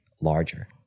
larger